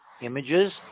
images